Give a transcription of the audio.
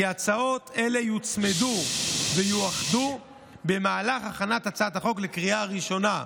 כי הצעות אלו יוצמדו ויאוחדו במהלך הכנת הצעת החוק לקריאה ראשונה.